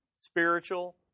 spiritual